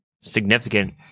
significant